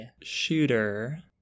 shooter